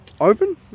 Open